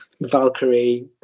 Valkyrie